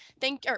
Thank